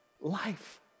life